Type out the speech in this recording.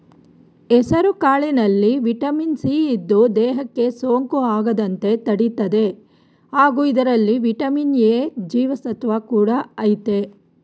ಹೆಸುಕಾಳಿನಲ್ಲಿ vitamin C ಇದ್ದು, ದೇಹಕ್ಕೆ ಸೋಂಕು ಆಗದಂತೆ ತಡಿತದೆ ಹಾಗೂ ಇದರಲ್ಲಿ ವಿಟಮಿನ್ ಎ ಜೀವಸತ್ವ ಕೂಡ ಆಯ್ತೆ